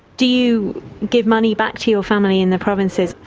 do you give money back to your family in the provinces?